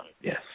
Yes